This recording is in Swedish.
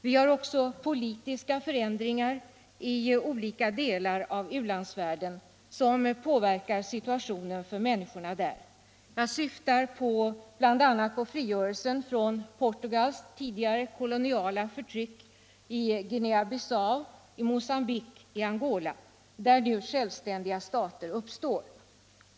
Vi har också politiska förändringar i olika delar av u-landsvärlden som påverkar situationen för människorna där. Jag syftar bl.a. på frigörelsen från Portugals tidigare koloniala förtryck i Guinea-Bissau, Mocambique och Angola, där ju självständiga stater uppstår.